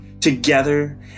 Together